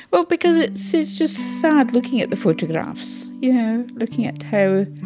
well, because it's it's just sad looking at the photographs you know, looking at how